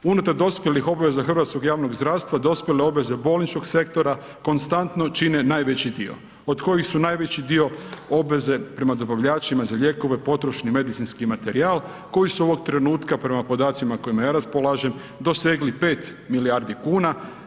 Unutar dospjelih obveza hrvatskog javnog zdravstva dospjele obveze bolničkog sektora konstantno čine najveći dio od kojih su najveći dio obveze prema dobavljačima za lijekove, potrošni medicinski materijal koji su ovoga trenutka prema podacima kojima ja raspolažem dosegnuli 5 milijardi kuna.